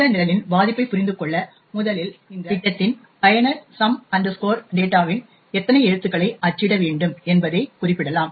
இந்த நிரலின் பாதிப்பைப் புரிந்து கொள்ள முதலில் இந்த திட்டத்தின் பயனர் சம் டேட்டாவின் some data எத்தனை எழுத்துக்களை அச்சிட வேண்டும் என்பதைக் குறிப்பிடலாம்